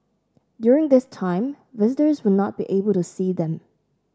during this time visitors will not be able to see them